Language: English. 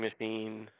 machine